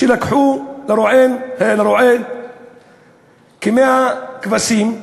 לקחו לרועה כ-100 כבשים,